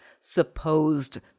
Supposed